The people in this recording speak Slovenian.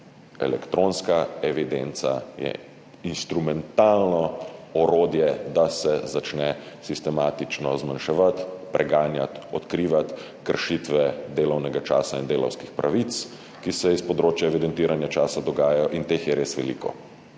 elektronska evidenca je instrumentalno orodje, da se začne sistematično zmanjševati, preganjati, odkrivati kršitve delovnega časa in delavskih pravic, ki se dogajajo na področju evidentiranja časa. Teh je res veliko